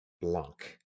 Blanc